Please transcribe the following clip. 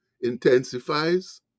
intensifies